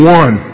one